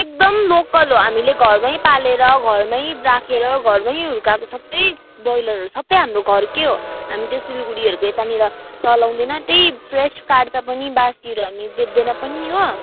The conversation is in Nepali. एकदम लोकल हो हामीले घरमै पालेर घरमै राखेर घरमै हुर्काको सबै ब्रोइरलहरू सबै हाम्रो घरकै हो हामी त सिलगढीहरूको यतानिर चलाउँदैन त्यही फ्रेस काट्छ पनि बासीहरू हामी बेच्दैन पनि हो